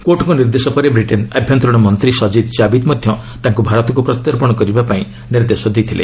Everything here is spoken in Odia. କୋର୍ଟଙ୍କ ନିର୍ଦ୍ଦେଶ ପରେ ବ୍ରିଟେନ୍ ଆଭ୍ୟନ୍ତରୀଣ ମନ୍ତ୍ରୀ ସଜିଦ୍ କାବିଦ୍ ମଧ୍ୟ ତାଙ୍କୁ ଭାରତକୁ ପ୍ରତ୍ୟର୍ପଣ କରିବା ପାଇଁ ନିର୍ଦ୍ଦେଶ ଦେଇଥିଲେ